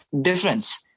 difference